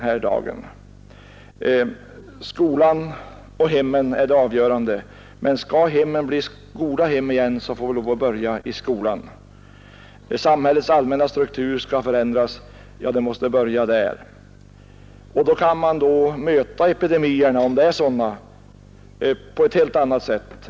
Han skriver att skolan och hemmen är det avgörande. Men jag anser att om hemmen skall bli goda hem igen får vi lov att börja med skolan. Samhällets allmänna struktur skall förändras — ja, det måste börja i skolan. Då kan man möta epidemierna, om det är sådana, på ett helt annat sätt.